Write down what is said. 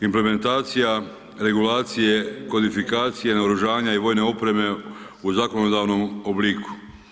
Implementacija regulacije kodifikacije naoružanja i vojne opreme u zakonodavnom obliku.